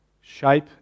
shape